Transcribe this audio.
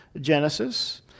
Genesis